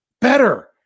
better